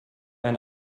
ein